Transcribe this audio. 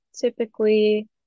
typically